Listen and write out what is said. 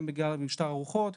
גם בגלל משטר הרוחות,